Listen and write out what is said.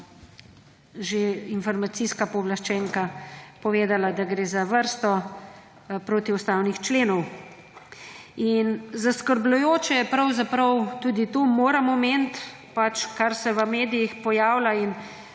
že informacijska pooblaščenka povedala, da gre za vrsto protiustavnih členov. In zaskrbljujoče je pravzaprav, tudi to moram omeniti, kar se v medijih pojavlja.